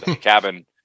cabin